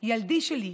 ילדי שלי,